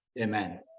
Amen